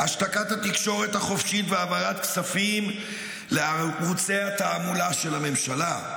השתקת התקשורת החופשית והעברת כספים לערוצי התעמולה של הממשלה,